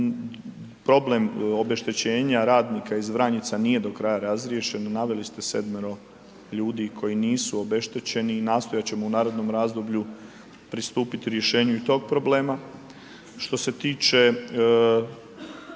problem obeštećenja radnika iz Vranjica nije do kraja razriješen, naveli ste sedmero ljudi koji nisu obeštećeni i nastojat ćemo u narednom razdoblju pristupit rješenju i tog problema.